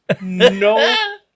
no